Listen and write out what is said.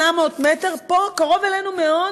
זה 2,800 מטר, פה, קרוב אלינו מאוד.